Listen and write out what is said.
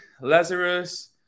Lazarus